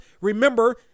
Remember